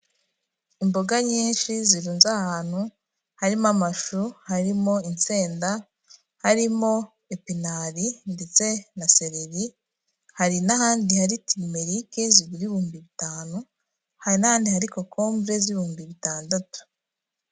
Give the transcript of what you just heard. Imboga nyinshi zirunze ahantu, harimo amashu, harimo insenda, harimo epinari ndetse na sereri, hari n'ahandi hari tirimerike zigura ibihumbi bitanu, hari n'ahandi hari kokombure z'ibihumbi bitandatu.